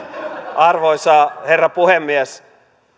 arvoisa herra puhemies